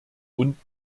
unten